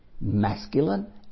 masculine